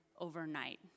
overnight